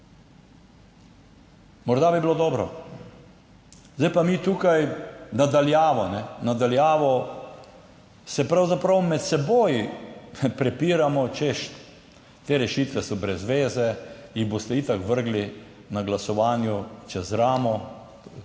Morda bi bilo dobro. Zdaj pa se mi tukaj na daljavo med seboj prepiramo, češ, te rešitve so brez veze, jih boste itak vrgli na glasovanju čez ramo,